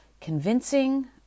Convincing